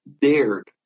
dared